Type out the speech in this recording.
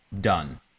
Done